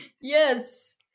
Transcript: Yes